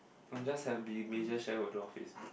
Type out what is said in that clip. I'm just have to be major shareholder office